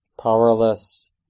powerless